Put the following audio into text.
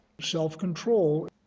Self-control